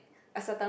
a certain